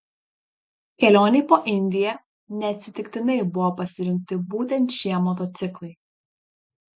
kelionei po indiją neatsitiktinai buvo pasirinkti būtent šie motociklai